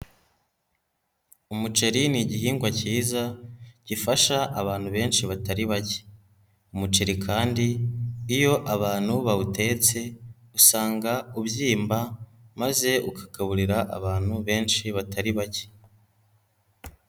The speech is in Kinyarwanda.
Umuceri ni igihingwa cyiza gifasha abantu benshi batari bake, umuceri kandi iyo abantu bawutetse usanga ubyimba maze ukagaburira abantu benshi batari bake.